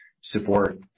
support